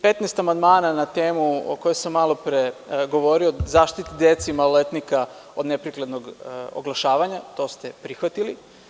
Petnaest amandmana na temu o kojoj sam malopre govorio o zaštiti dece, maloletnika od neprekidnog oglašavanje, to ste prihvatili.